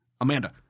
Amanda